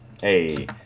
hey